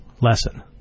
lesson